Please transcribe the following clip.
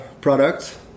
products